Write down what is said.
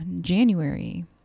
January